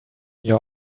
your